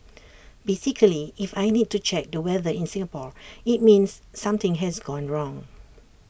basically if I need to check the weather in Singapore IT means something has gone wrong